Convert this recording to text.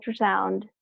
ultrasound